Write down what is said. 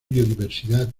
biodiversidad